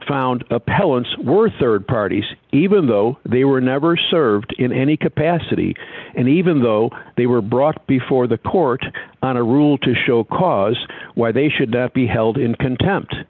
found appellants were rd parties even though they were never served in any capacity and even though they were brought before the court on a rule to show cause why they should be held in contempt